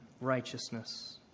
righteousness